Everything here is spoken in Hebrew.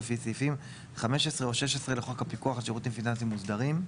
לפי סעיפים 15 או 16 לחוק הפיקוח על שירותים פיננסיים מוסדרים.